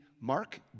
Mark